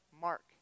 Mark